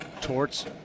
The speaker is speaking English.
Torts